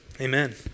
amen